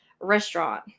restaurant